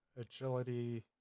Agility